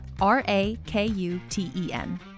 R-A-K-U-T-E-N